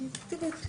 כמובן.